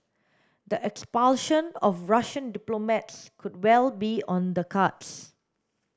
the expulsion of Russian diplomats could well be on the cards